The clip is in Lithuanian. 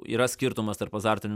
yra skirtumas tarp azartin